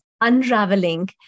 unraveling